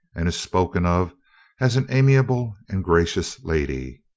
and is spoken of as an amiable and gracious lady.